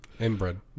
inbred